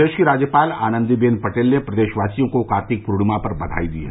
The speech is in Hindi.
प्रदेश की राज्यपाल आनन्दीबेन पटेल ने प्रदेशवासियों को कार्तिक प्र्णिमा पर बधाई दी है